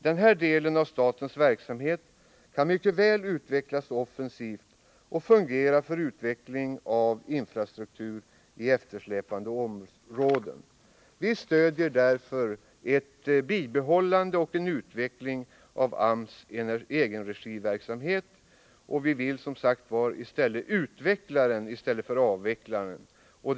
Denna del av statens verksamhet kan mycket väl utvecklas offensivt och fungera för utveckling av infrastruktur i eftersläpande områden. Vi stöder därför ett bibehållande av AMS egenregiverksamhet och vill utveckla i stället för avveckla den.